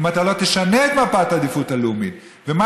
אם אתה לא תשנה את מפת העדיפות הלאומית ומה